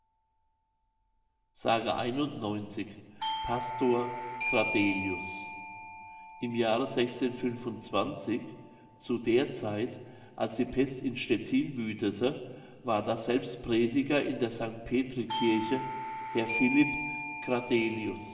s pastor cradelius im jahre zu der zeit als die pest in stettin wüthete war daselbst prediger an der sanct petri kirche herr philipp cradelius